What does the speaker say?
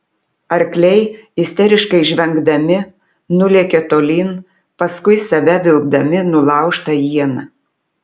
arkliai isteriškai žvengdami nulėkė tolyn paskui save vilkdami nulaužtą ieną